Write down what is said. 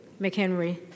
McHenry